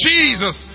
Jesus